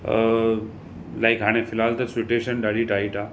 like हाणे फ़िलाहलु त सूटीएशन ॾाढी टाइट आहे